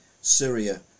Syria